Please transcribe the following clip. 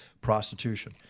Prostitution